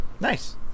Nice